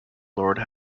lord